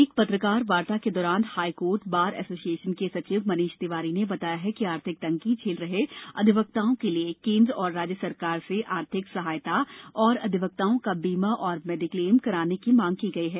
एक पत्रकार वार्ता के दौरान हाईकोर्ट बार एसोसिएशन के सचिव मनीष तिवारी ने बताया कि आर्थिक तंगी झेल रहे अधिवक्ताओं के लिए केंद्र और राज्य सरकार से आर्थिक सहायता और अधिवक्ताओं का बीमा और मेडीक्लेम कराने की मांग की गई है